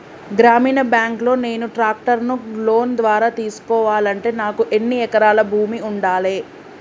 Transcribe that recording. గ్రామీణ బ్యాంక్ లో నేను ట్రాక్టర్ను లోన్ ద్వారా తీసుకోవాలంటే నాకు ఎన్ని ఎకరాల భూమి ఉండాలే?